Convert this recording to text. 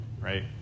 right